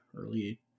early